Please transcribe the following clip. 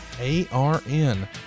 A-R-N